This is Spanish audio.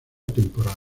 temporada